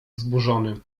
wzburzony